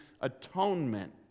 atonement